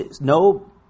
no